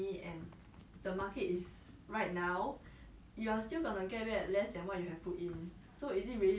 actually investment is not liquid [what] because you cannot just take out anytime [one] mah ya lor